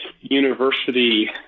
university